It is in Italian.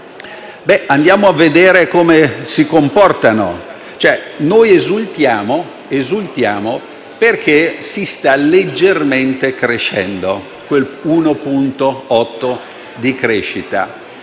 Andiamo a vedere come si comportano. Noi esultiamo perché si sta leggermente crescendo, dell'1,8 per cento.